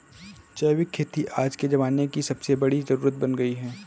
जैविक खेती आज के ज़माने की सबसे बड़ी जरुरत बन गयी है